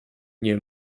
nie